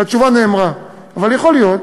והתשובה נאמרה, אבל יכול להיות